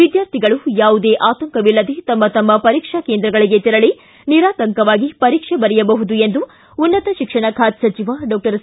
ವಿದ್ಯಾರ್ಥಿಗಳು ಯಾವುದೇ ಆತಂಕವಿಲ್ಲದೆ ತಮ್ಮ ತಮ್ಮ ಪರೀಕ್ಷಾ ಕೇಂದ್ರಗಳಿಗೆ ತೆರಳಿ ನಿರಾತಂಕವಾಗಿ ಪರೀಕ್ಷೆ ಬರೆಯಬಹುದು ಎಂದು ಉನ್ನತ ಶಿಕ್ಷಣ ಖಾತೆ ಸಚಿವ ಡಾಕ್ಟರ್ ಸಿ